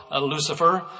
Lucifer